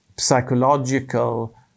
psychological